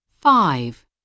Five